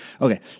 Okay